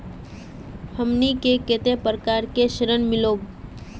हमनी के कते प्रकार के ऋण मीलोब?